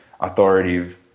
authoritative